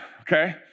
okay